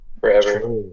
forever